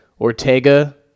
Ortega